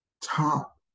top